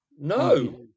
No